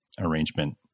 arrangement